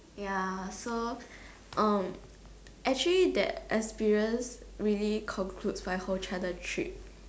ya so um actually that experience really conclude my whole China trip